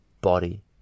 body